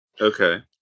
Okay